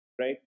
right